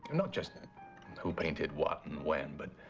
and not just who painted what and when, but